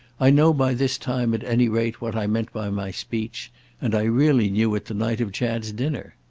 i know by this time, at any rate, what i meant by my speech and i really knew it the night of chad's dinner.